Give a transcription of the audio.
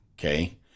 Okay